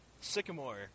Sycamore